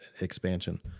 expansion